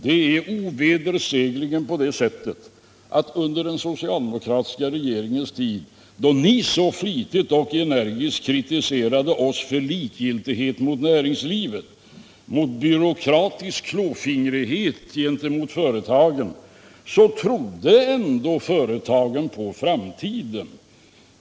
Det är ovedersägligen på det sättet att under den socialdemokratiska regeringens tid, då ni så flitigt och energiskt kritiserade oss för likgiltighet gentemot näringslivet och för byråkratisk klåfingrighet gentemot företagen, då trodde ändå företagen på framtiden.